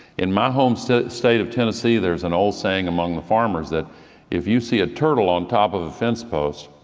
in my home state state of tennessee, there is an old saying among the farmers that if you see a turtle on top of the fence post,